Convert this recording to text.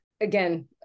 Again